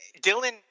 Dylan